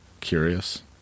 curious